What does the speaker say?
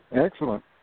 Excellent